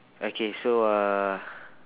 okay so uh